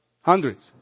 Hundreds